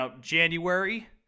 January